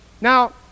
Now